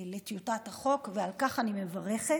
לטיוטת החוק, ועל כך אני מברכת.